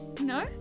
No